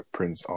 Prince